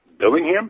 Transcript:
Billingham